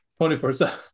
24-7